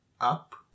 up